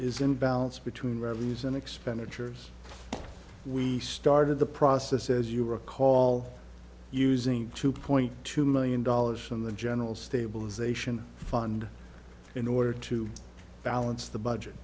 is in balance between revenues and expenditures we started the process as you recall using two point two million dollars in the general stabilization fund in order to balance the budget